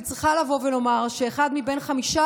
אני צריכה לבוא ולומר שאחד מבין חמישה